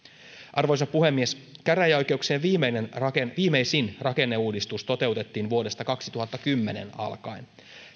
arvoisa puhemies käräjäoikeuksien viimeisin rakenneuudistus toteutettiin vuodesta kaksituhattakymmenen alkaen